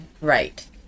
right